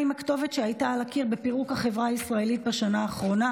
מה עם הכתובת שהייתה על הקיר בפירוק החברה הישראלית בשנה האחרונה?